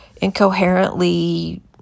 incoherently